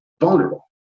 vulnerable